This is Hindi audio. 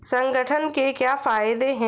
संगठन के क्या फायदें हैं?